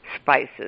spices